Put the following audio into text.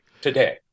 today